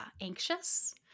anxious